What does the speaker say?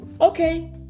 Okay